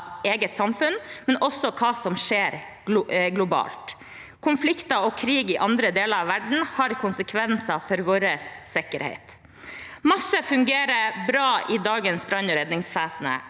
eget samfunn, men også av hva som skjer globalt. Konflikter og krig i andre deler av verden har konsekvenser for vår sikkerhet. Mye fungerer bra i dagens brann- og redningsvesen,